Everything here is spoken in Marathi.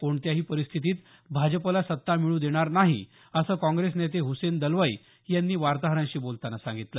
कोणत्याही परिस्थितीत भाजपला सत्ता मिळू देणार नाही असं काँग्रेस नेते हसेन दलवाई यांनी वार्ताहरांशी बोलताना सांगितलं